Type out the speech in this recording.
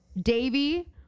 Davy